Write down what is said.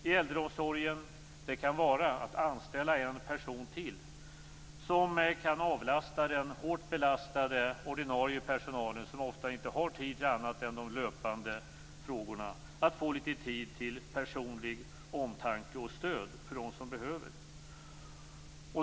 I äldreomsorgen kan det röra sig om att anställa en ytterligare person som kan avlasta den hårt belastade ordinarie personalen som ofta inte har tid för annat än de löpande frågorna. Därmed kan man få litet tid till personlig omtanke och personligt stöd för dem som behöver det.